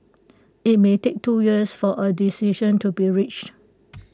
IT may take two years for A decision to be reached